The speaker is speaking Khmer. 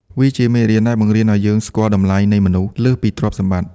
វាជាមេរៀនដែលបង្រៀនឱ្យយើងស្គាល់តម្លៃនៃ «មនុស្ស» លើសពីទ្រព្យសម្បត្តិ។